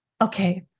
Okay